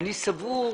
אני רק רוצה לומר